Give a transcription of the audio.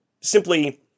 simply